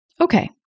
Okay